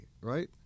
right